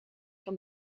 van